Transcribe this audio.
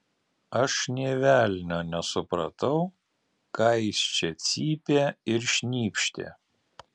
aš nė velnio nesupratau ką jis čia cypė ir šnypštė